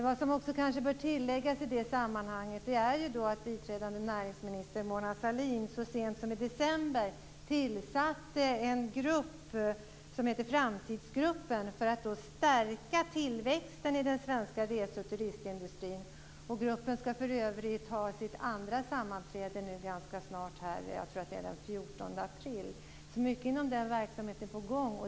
Vad som kanske också bör tilläggas i det sammanhanget är att biträdande näringsminister Mona Sahlin så sent som i december tillsatte en grupp som heter Framtidsgruppen för att stärka tillväxten i den svenska rese och turistindustrin. Gruppen ska för övrigt ha sitt andra sammanträde ganska snart. Jag tror att det är den 14 april. Det är mycket som är på gång inom den verksamheten.